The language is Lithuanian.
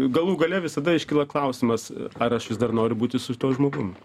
galų gale visada iškyla klausimas ar aš vis dar noriu būti su tuo žmogum